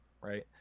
right